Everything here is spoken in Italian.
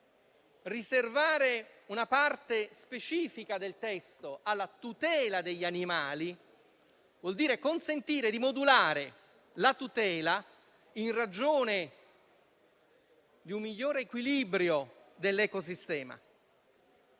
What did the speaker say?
Riservare una parte specifica del testo alla tutela degli animali vuol dire consentire di modulare la tutela, in ragione di un migliore equilibrio dell'ecosistema.